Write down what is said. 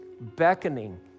beckoning